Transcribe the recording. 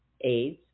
AIDS